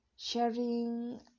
sharing